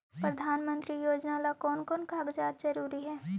प्रधानमंत्री योजना ला कोन कोन कागजात जरूरी है?